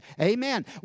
amen